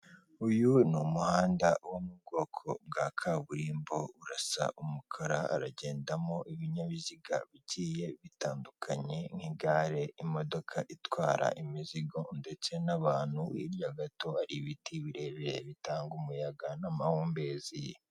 Uyu n'umuhanda wo mu bwoko bwa kaburimbo urasa umukara, haragendamo ibinyabiziga bigiye bitandukanye nk'igare, imodoka itwara imizigo ndetse n'abantu hirya gato hari ibiti birebire bitanga umuyaga n'amahumbezi.